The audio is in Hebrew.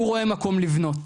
הוא רואה מקום לבנות,